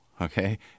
okay